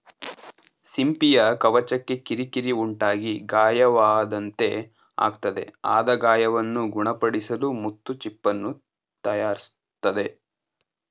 ಸಿಂಪಿಯ ಕವಚಕ್ಕೆ ಕಿರಿಕಿರಿ ಉಂಟಾಗಿ ಗಾಯವಾದಂತೆ ಆಗ್ತದೆ ಆದ ಗಾಯವನ್ನು ಗುಣಪಡಿಸಲು ಮುತ್ತು ಚಿಪ್ಪನ್ನು ತಯಾರಿಸ್ತದೆ